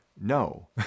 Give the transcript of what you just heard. No